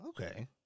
okay